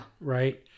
Right